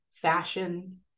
fashion